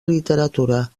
literatura